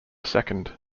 second